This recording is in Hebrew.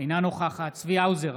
אינה נוכחת צבי האוזר,